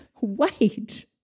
wait